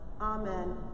Amen